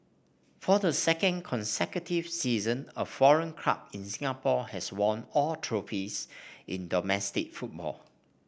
for the second consecutive season a foreign club in Singapore has won all trophies in domestic football